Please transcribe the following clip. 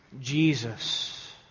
Jesus